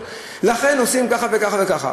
לכן עושים ככה וככה וככה.